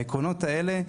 העקרונות האלה,